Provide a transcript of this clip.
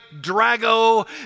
Drago